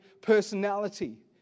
personality